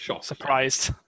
surprised